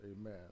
amen